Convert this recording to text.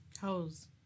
Hose